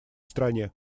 стране